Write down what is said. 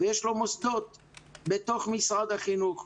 ויש לו מוסדות בתוך משרד החינוך,